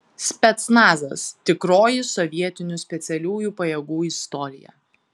specnazas tikroji sovietinių specialiųjų pajėgų istorija